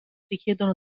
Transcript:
richiedono